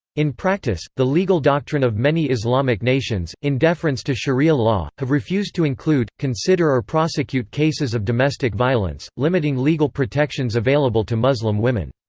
in practice, the legal doctrine of many islamic nations, in deference to sharia law, have refused to include, consider or prosecute cases of domestic violence, limiting legal protections available to muslim women.